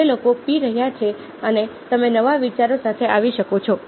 જે લોકો પી રહ્યા છે અને તમે નવા વિચારો સાથે આવી શકો છો